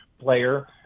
Player